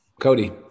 Cody